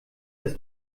das